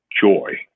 Joy